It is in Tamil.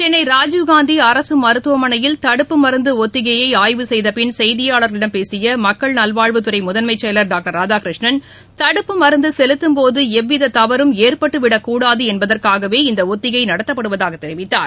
சென்னை ராஜீவ்காந்தி அரசு மருத்துவமனையில் தடுப்பு மருந்து ஒத்திகையை செய்தியாளர்களிடம் பேசிய மக்கள் நல்வாழ்வுத்துறை முதன்மை செயலா டாக்டர் ராதாகிருஷ்ணன் தடுப்பு மருந்து செலுத்தும்போது எவ்வித தவறும் ஏற்பட்டுவிடக்கூடாது என்பதற்காகவே இந்த ஒத்திகை நடத்தப்படுவதாக தெரிவித்தார்